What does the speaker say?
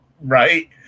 Right